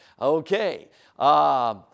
Okay